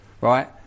right